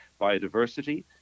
biodiversity